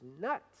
nuts